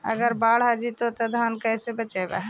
अगर बाढ़ आ जितै तो धान के कैसे बचइबै?